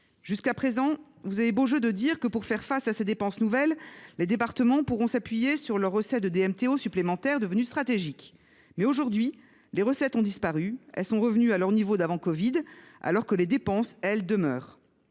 Jusqu’à présent, vous aviez beau jeu de dire que, pour faire face à ces dépenses nouvelles, les départements pouvaient s’appuyer sur leurs recettes de DMTO supplémentaires, devenues stratégiques. Mais, aujourd’hui, ces dernières ont disparu et les recettes sont revenues à leur niveau d’avant covid, alors que les dépenses, elles, subsistent.